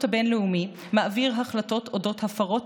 הבין-לאומי מעביר החלטות על אודות הפרות,